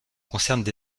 concernent